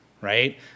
Right